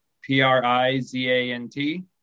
p-r-i-z-a-n-t